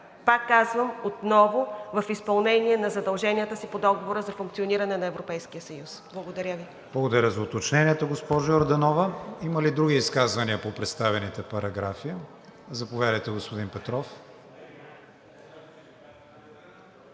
Пак казвам, отново в изпълнение на задълженията си по Договора за функционирането на Европейския съюз. Благодаря Ви. ПРЕДСЕДАТЕЛ КРИСТИАН ВИГЕНИН: Благодаря за уточнението, госпожо Йорданова. Има ли други изказвания по представените параграфи? Заповядайте, господин Петров.